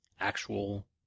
actual